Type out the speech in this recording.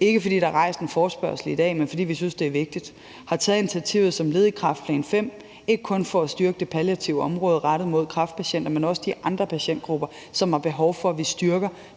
ikke fordi der er rejst en forespørgsel i dag, men fordi vi synes, det er vigtigt. Vi har taget initiativet som led i kræftplan V, ikke kun for at styrke det palliative område rettet mod kræftpatienter, men også rettet mod de andre patientgrupper, som har behov for, at vi styrker